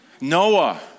Noah